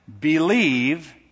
Believe